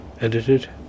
edited